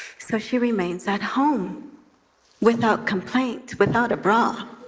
so, she remains at home without complaint, without a bra.